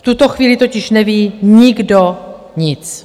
V tuto chvíli totiž neví nikdo nic.